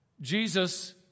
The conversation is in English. Jesus